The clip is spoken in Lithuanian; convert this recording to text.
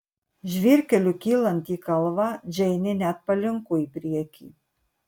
žvyrkeliu kylant į kalvą džeinė net palinko į priekį